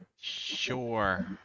Sure